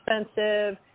expensive